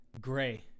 gray